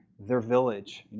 their village,